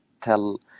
tell